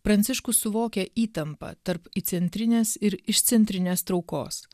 pranciškus suvokia įtampą tarp įcentrinės ir išcentrinės traukos